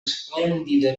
esplèndida